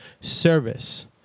Service